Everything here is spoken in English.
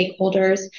stakeholders